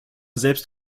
selbst